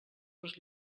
dos